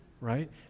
right